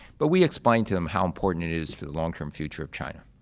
but we explained to them how important it is for the long-term future of china.